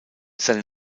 seine